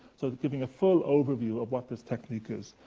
so giving a full overview of what this technique is,